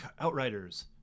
Outriders